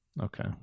Okay